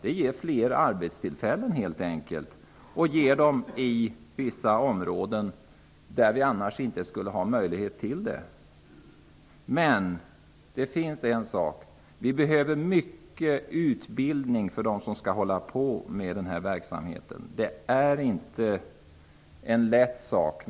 Detta ger helt enkelt fler arbetstillfällen på vissa områden där det annars inte skulle vara möjligt. De som skall arbeta med denna verksamhet behöver dock mycket utbildning. Det är ingen lätt sak.